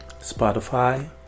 Spotify